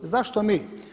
Zašto mi?